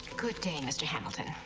good day, mr. hamilton.